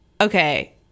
Okay